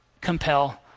compel